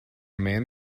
man